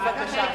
בבקשה.